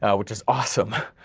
which is awesome,